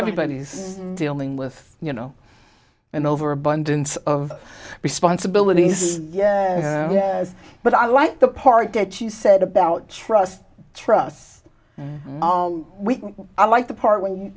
everybody is dealing with you know an overabundance of responsibilities yes yes but i like the part that she said about trust trust we i like the part when you